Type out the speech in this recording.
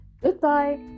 goodbye